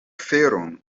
feron